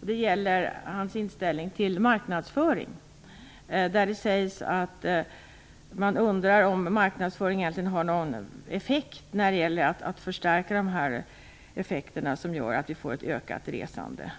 Det gäller hans inställning till marknadsföring. Han undrar om marknadsföring egentligen har någon effekt när det gäller att förstärka de faktorer som leder till ett ökat resande.